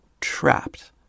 trapped